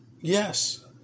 yes